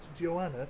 Joanna